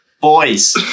boys